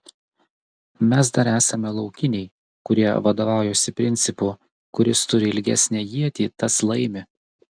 mes dar esame laukiniai kurie vadovaujasi principu kuris turi ilgesnę ietį tas laimi